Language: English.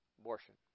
Abortion